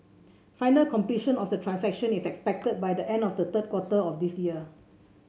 final completion of the transactions is expected by the end of the third quarter of this year